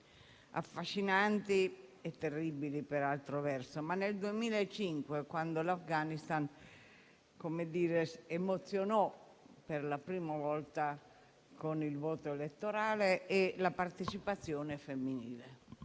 (affascinanti e terribili, per altro verso) nel 2005, quando quel Paese ci emozionò per la prima volta con il voto elettorale e la partecipazione femminile.